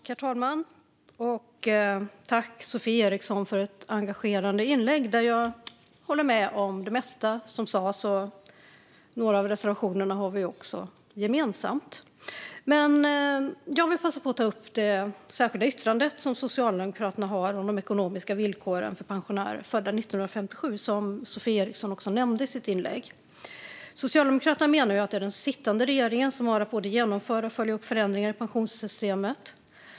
Herr talman! Jag tackar Sofie Eriksson för ett engagerat inlägg. Jag håller med om det mesta som sades, och några av reservationerna har vi också gemensamt. Jag vill ta upp Socialdemokraternas särskilda yttrande om de ekonomiska villkoren för pensionärer födda 1957, som Sofie Eriksson också nämnde i sitt inlägg. Socialdemokraterna menar att det är den sittande regeringen som har att både genomföra och följa upp förändringar i pensionssystemet.